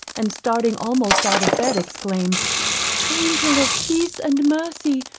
and starting almost out of bed, exclaimed angel of peace and mercy,